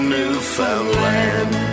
Newfoundland